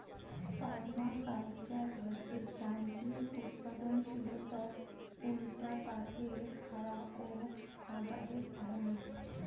permaculture হসে যান্ত্রিক উৎপাদনশীলতার উল্টাপাকে খারা ও আবাদের ধারণা